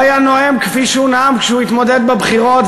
הוא היה נואם כפי שהוא נאם כשהוא התמודד בבחירות